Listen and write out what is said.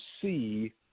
see